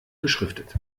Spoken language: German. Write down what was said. beschriftet